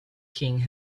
king